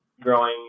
growing